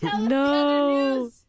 No